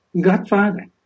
godfather